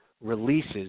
releases